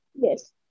Yes